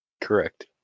Correct